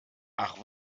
ach